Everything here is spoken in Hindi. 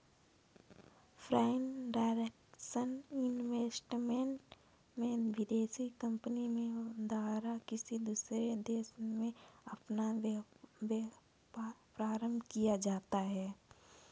फॉरेन डायरेक्ट इन्वेस्टमेंट में विदेशी कंपनी के द्वारा किसी दूसरे देश में अपना व्यापार आरंभ किया जाता है